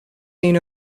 seen